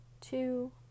two